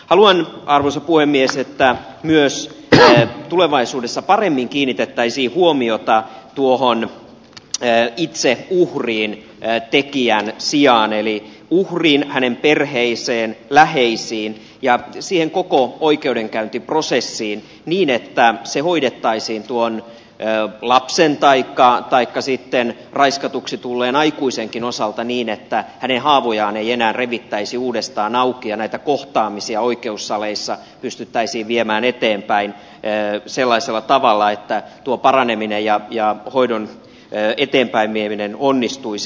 haluan arvoisa puhemies että myös tulevaisuudessa paremmin kiinnitettäisiin huomiota tuohon itse uhriin tekijän sijaan uhriin hänen perheeseensä läheisiinsä ja siihen koko oikeudenkäyntiprosessiin niin että se hoidettaisiin tuon lapsen taikka sitten raiskatuksi tulleen aikuisenkin osalta niin että hänen haavojaan ei enää revittäisi uudestaan auki ja näitä kohtaamisia oikeussaleissa pystyttäisiin viemään eteenpäin sellaisella tavalla että tuo paraneminen ja hoidon eteenpäinvieminen onnistuisi